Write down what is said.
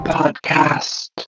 podcast